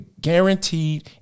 guaranteed